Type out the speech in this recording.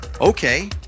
Okay